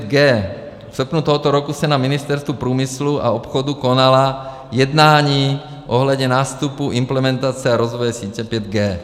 V srpnu tohoto roku se na Ministerstvu průmyslu a obchodu konala jednání ohledně nástupu implementace a rozvoje sítě 5G.